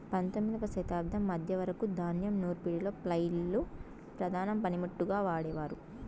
పందొమ్మిదవ శతాబ్దం మధ్య వరకు ధాన్యం నూర్పిడిలో ఫ్లైల్ ను ప్రధాన పనిముట్టుగా వాడేవారు